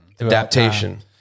Adaptation